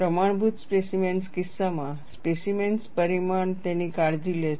પ્રમાણભૂત સ્પેસીમેન્સ કિસ્સામાં સ્પેસીમેન્સ પરિમાણ તેની કાળજી લે છે